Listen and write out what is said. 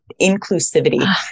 inclusivity